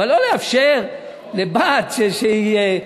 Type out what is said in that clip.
אבל לא לאפשר לבת שהיא,